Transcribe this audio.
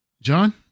John